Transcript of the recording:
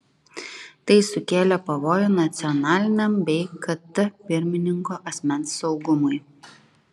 tai sukėlė pavojų nacionaliniam bei kt pirmininko asmens saugumui